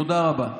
תודה רבה.